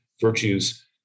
Virtues